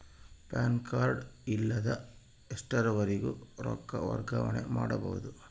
PAN card ಇಲ್ಲದ ಎಷ್ಟರವರೆಗೂ ರೊಕ್ಕ ವರ್ಗಾವಣೆ ಮಾಡಬಹುದು?